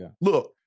Look